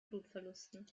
blutverlusten